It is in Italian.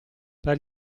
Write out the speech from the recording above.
per